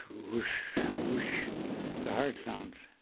whoosh, whoosh the heart sounds